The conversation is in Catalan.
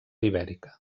ibèrica